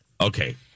Okay